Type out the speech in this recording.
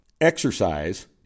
Exercise